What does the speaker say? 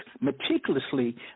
meticulously